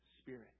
Spirit